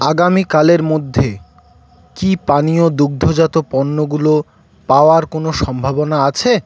আগামীকালের মধ্যে কী পানীয় দুগ্ধজাত পণ্যগুলো পাওয়ার কোনও সম্ভাবনা আছে